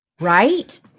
right